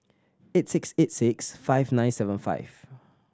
eight six eight six five nine seven five